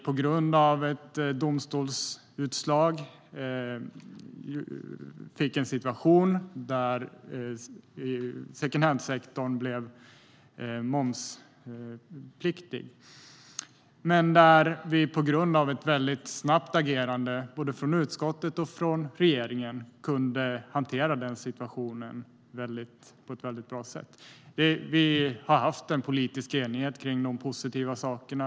På grund av ett domstolsutslag fick vi en situation där secondhandsektorn blev momspliktig. Men på grund av ett mycket snabbt agerande både från utskottet och från regeringen kunde vi hantera den situationen på ett bra sätt. Vi har haft en politisk enighet om de positiva sakerna.